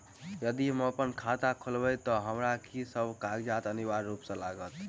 यदि हम अप्पन खाता खोलेबै तऽ हमरा की सब कागजात अनिवार्य रूप सँ लागत?